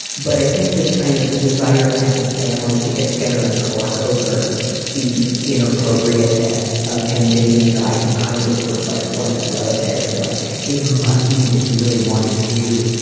but i think this kind of desire as a family to get together and cluck over the inappropriateness of him dating a guy who kind of looks like one of his relatives and like it must mean that he really wanted you,